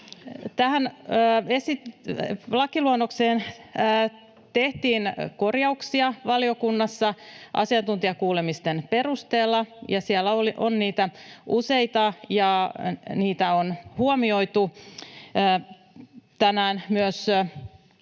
Tähän lakiluonnokseen tehtiin korjauksia valiokunnassa asiantuntijakuulemisten perusteella. Siellä on niitä useita, ja niitä on huomioitu. Myös